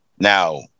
Now